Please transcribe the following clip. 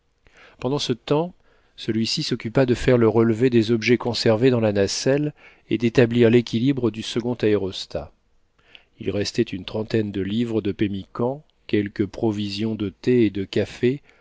pendant ce temps celui-ci s'occupa de faire le relevé des objets conservés dans la nacelle et d'établir l'équilibre du second aérostat il restait une trentaine de livres de pemmican quelques provisions de thé et de café